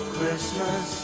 Christmas